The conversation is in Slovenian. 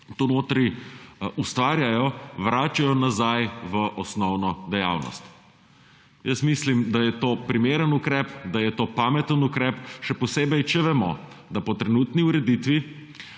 tu notri ustvarjajo, vračajo nazaj v osnovno dejavnost. Mislim, da je to primeren ukrep, da je to pameten ukrep, še posebej če vemo, da po trenutni ureditvi